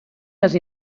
les